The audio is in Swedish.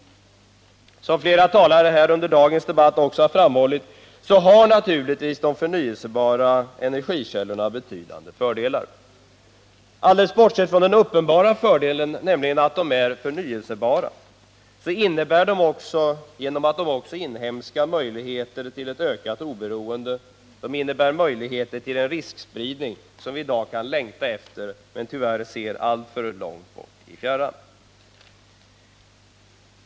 Som flera talare under dagens debatt också har framhållit, har naturligtvis de förnyelsebara energikällorna betydande fördelar. Alldeles bortsett från den uppenbara fördelen att de just är förnyelsebara innebär de, genom att de också är inhemska, möjligheter till ett ökat oberoende. De innebär möjligheter till en riskspridning av stor betydelse.